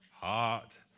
Heart